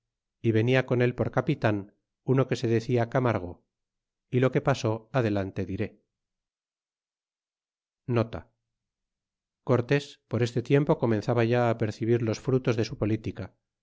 y venia en el por capitan uno que se decía camargo y lo que pasó adelante diré cortés por este tiempo comenzaba ya percibir los frutos de su política